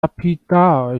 naypyidaw